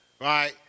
right